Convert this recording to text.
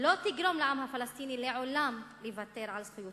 לא תגרום לעם הפלסטיני לעולם לוותר על זכויותיו,